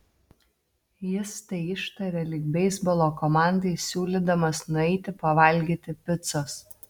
jis tai ištarė lyg beisbolo komandai siūlydamas nueiti pavalgyti picos